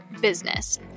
business